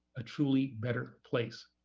a truly better place.